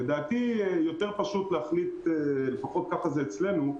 לדעתי יותר פשוט להחליט, לפחות ככה זה אצלנו,